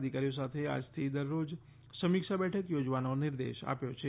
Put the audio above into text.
અધિકારીઓ સાથે આજથી દરરોજ સમીક્ષા બેઠક યોજવાનો નિર્દેશ આપ્યો છે